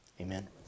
Amen